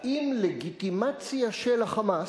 האם לגיטימציה של ה"חמאס"